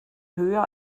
höher